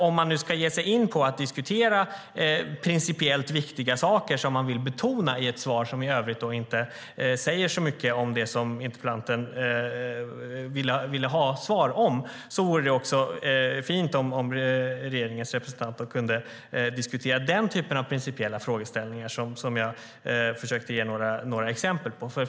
Om man nu ska ge sig in på att diskutera principiellt viktiga saker som man vill betona i ett svar, som i övrigt inte säger så mycket om det som interpellanten vill ha svar på, vore det fint om regeringens representant kunde diskutera den typ av principiella frågeställningar som jag försökte ge några exempel på.